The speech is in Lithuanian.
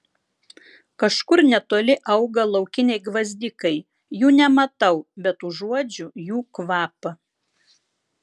kažkur netoli auga laukiniai gvazdikai jų nematau bet užuodžiu jų kvapą